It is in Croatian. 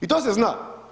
I to se zna.